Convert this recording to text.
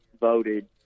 voted